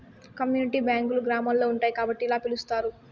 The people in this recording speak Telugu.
కమ్యూనిటీ బ్యాంకులు గ్రామాల్లో ఉంటాయి కాబట్టి ఇలా పిలుత్తారు